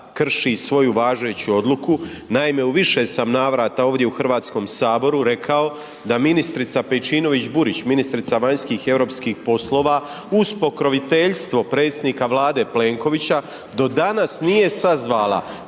krši svoju važeću odluku. Naime, u više sam navrata ovdje u Hrvatskom saboru rekao da ministrica Pejčinović Burić, ministrica vanjskih i europskih poslova, uz pokroviteljstvo predsjednika vlade Plenkovića, do danas nije sazvala